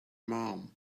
mum